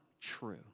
true